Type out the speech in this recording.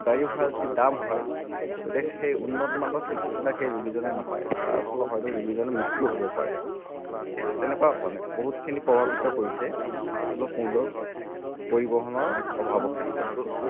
গাড়ী ভাড়া যদি দাম হয় গতিকে সেই উন্নত মানৰ চিকিৎসা সেই ৰোগীজনে নাপায় তাৰ ফলত হয়তো ৰোগীজনৰ মৃত্যু হ'ব পাৰে ঠিক তেনেকুৱা মানে বহুতখিনি প্ৰভাৱিত কৰিছে সুলভ মূল্যৰ পৰিবহণৰ অভাৱৰ ক্ষেত্ৰত